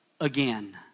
again